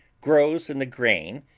grows in the grain,